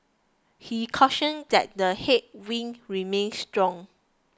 he cautioned that the headwinds remain strong